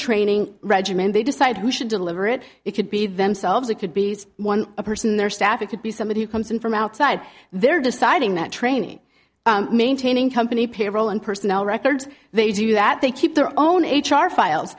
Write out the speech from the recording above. training regimen they decide who should deliver it it could be themselves it could be one person their staff it could be somebody who comes in from outside they're deciding that training maintaining company payroll and personnel records they do that they keep their own h r file